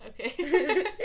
Okay